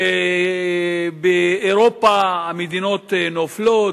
באירופה המדינות נופלות.